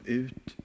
ut